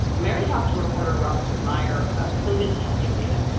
mary talked to reporter robinson maya about cauvin testing data,